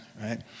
right